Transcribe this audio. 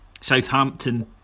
Southampton